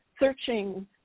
searching